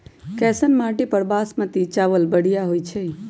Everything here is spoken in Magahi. कैसन माटी पर बासमती चावल बढ़िया होई छई?